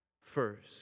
First